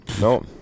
no